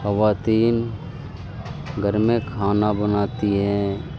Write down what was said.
خواتین گھر میں کھانا بناتی ہے